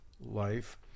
life